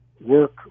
work